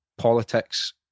Politics